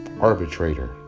arbitrator